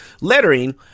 lettering